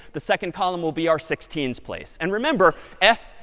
the second column will be our sixteen s place. and remember, f,